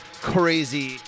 crazy